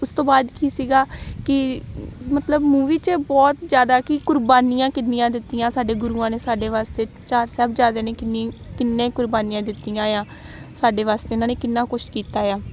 ਉਸ ਤੋਂ ਬਾਅਦ ਕੀ ਸੀਗਾ ਕਿ ਮਤਲਬ ਮੂਵੀ 'ਚ ਬਹੁਤ ਜ਼ਿਆਦਾ ਕੀ ਕੁਰਬਾਨੀਆਂ ਕਿੰਨੀਆਂ ਦਿੱਤੀਆਂ ਸਾਡੇ ਗੁਰੂਆਂ ਨੇ ਸਾਡੇ ਵਾਸਤੇ ਚਾਰ ਸਾਹਿਬਜ਼ਾਦਿਆਂ ਨੇ ਕਿੰਨੀ ਕਿੰਨੇ ਕੁਰਬਾਨੀਆਂ ਦਿੱਤੀਆਂ ਆ ਸਾਡੇ ਵਾਸਤੇ ਉਹਨਾਂ ਨੇ ਕਿੰਨਾ ਕੁਛ ਕੀਤਾ ਆ